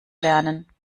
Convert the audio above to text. lernen